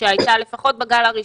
שהייתה לפחות בגל הראשון?